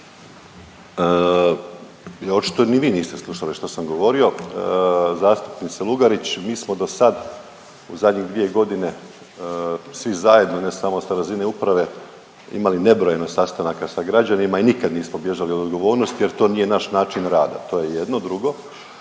Očito ni vi niste slušali šta sam govorio zastupnice Lugarić, mi smo do sad u zadnjih 2 godine svi zajedno, ne samo sa razine uprave imali nebrojeno sastanaka sa građanima i nikad nismo bježali od odgovornosti jer to nije naš način rada, to je jedno, a drugo,